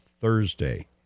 Thursday